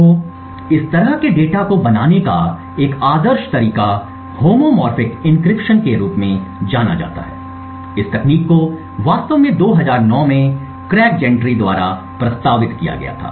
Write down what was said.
तो इस तरह के डेटा को बनाने का एक आदर्श तरीका होमोमोर्फिक एन्क्रिप्शन के रूप में जाना जाता है इस तकनीक को वास्तव में 2009 में क्रेग जेंट्री द्वारा प्रस्तावित किया गया था